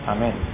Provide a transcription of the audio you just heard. Amen